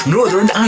Northern